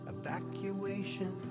Evacuation